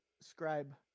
scribe